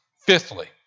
Fifthly